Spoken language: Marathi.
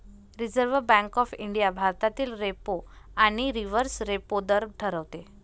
रिझर्व्ह बँक ऑफ इंडिया भारतातील रेपो आणि रिव्हर्स रेपो दर ठरवते